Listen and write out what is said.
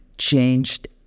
changed